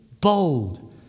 Bold